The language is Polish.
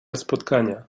spotkania